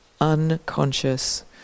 unconscious